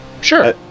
Sure